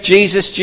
Jesus